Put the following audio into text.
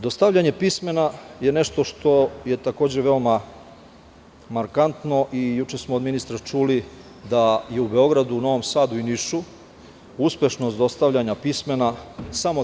Dostavljanje pismena je nešto što je takođe veoma markantno i juče smo od ministra čuli da i u Beogradu, i Novom Sadu i Nišu, uspešnost dostavljanja pismena samo 20%